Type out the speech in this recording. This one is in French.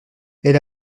elle